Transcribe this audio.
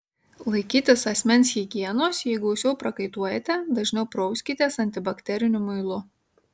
laikytis asmens higienos jei gausiau prakaituojate dažniau prauskitės antibakteriniu muilu